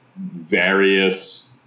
various